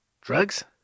drugs